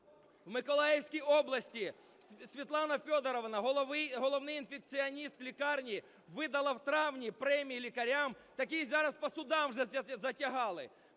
в Миколаївській області Світлана Федорова, головний інфекціоніст лікарні видала в травні премії лікарям, так її зараз по судах уже затягали.